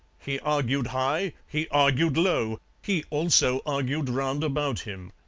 he argued high, he argued low, he also argued round about him.